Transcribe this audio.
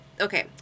Okay